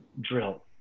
drill